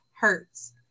hurts